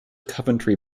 coventry